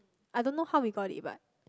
I don't know how we got it but